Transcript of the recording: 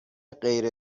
غیر